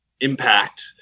impact